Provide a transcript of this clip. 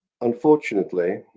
unfortunately